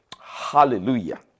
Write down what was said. Hallelujah